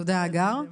תודה, הגר.